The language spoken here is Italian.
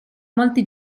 molti